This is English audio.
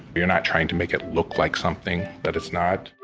you're not trying to make it look like something that it's not.